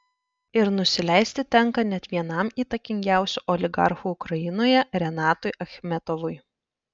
ir nusileisti tenka net vienam įtakingiausių oligarchų ukrainoje renatui achmetovui